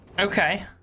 Okay